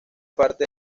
parte